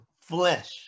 flesh